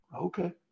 Okay